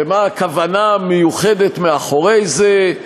ומה הכוונה המיוחדת מאחורי זה,